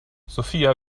sophia